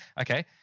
Okay